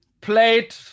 played